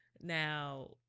now